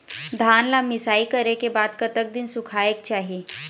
धान ला मिसाई करे के बाद कतक दिन सुखायेक चाही?